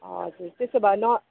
हजुर त्यसो भए न